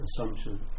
assumption